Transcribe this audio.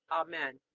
amen.